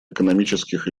экономических